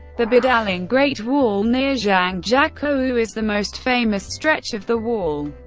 the badaling great wall near zhangjiakou is the most famous stretch of the wall,